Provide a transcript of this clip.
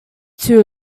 too